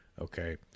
okay